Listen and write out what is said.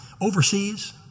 overseas